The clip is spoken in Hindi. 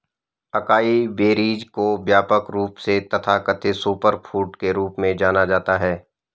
अकाई बेरीज को व्यापक रूप से तथाकथित सुपरफूड के रूप में जाना जाता है